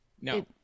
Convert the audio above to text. No